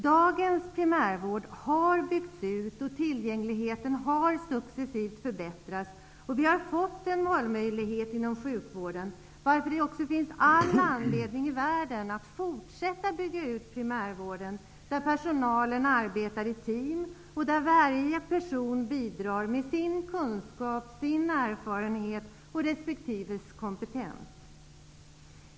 Dagens primärvård har byggts ut, och tillgängligheten har successivt förbättrats. Vi har fått en valmöjlighet inom sjukvården. Det finns all anledning i världen att fortsätta att bygga ut primärvården, där personalen arbetar i team och där varje person bidrar med sin kunskap, sin erfarenhet och sin kompetens.